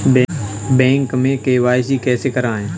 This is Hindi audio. बैंक में के.वाई.सी कैसे करायें?